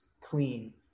clean